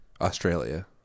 Australia